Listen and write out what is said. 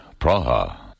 Praha